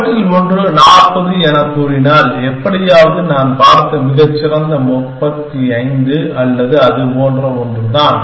அவற்றில் ஒன்று 40 எனக் கூறினால் எப்படியாவது நான் பார்த்த மிகச் சிறந்த 35 அல்லது அது போன்ற ஒன்றுதான்